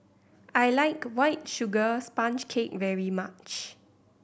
I like White Sugar Sponge Cake very much